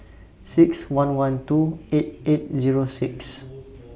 six one one two eight eight Zero six